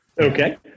Okay